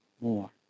more